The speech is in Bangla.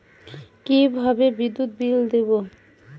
কিভাবে বিদ্যুৎ বিল দেবো?